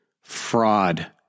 fraud